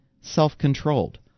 self-controlled